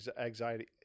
anxiety